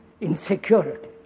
insecurity